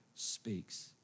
speaks